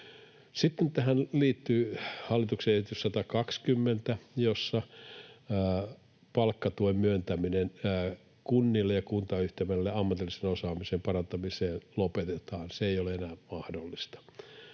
Sitten tähän liittyy hallituksen esitys 120, jossa palkkatuen myöntäminen kunnille ja kuntayhtymille ammatillisen osaamisen parantamiseen lopetetaan. Se ei ole enää mahdollista,